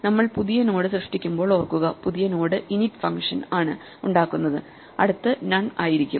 നമ്മൾ പുതിയ നോഡ് സൃഷ്ടിക്കുമ്പോൾ ഓർക്കുക പുതിയ നോഡ് init ഫങ്ഷൻ ആണ് ഉണ്ടാക്കുന്നത് അടുത്ത് നൺ ആയിരിക്കും